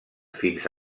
fins